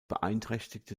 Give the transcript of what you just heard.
beeinträchtigte